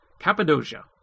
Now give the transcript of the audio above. Cappadocia